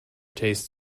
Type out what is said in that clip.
tastes